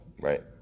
right